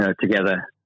together